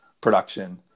production